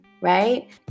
right